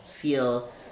feel